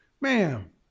Ma'am